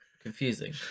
Confusing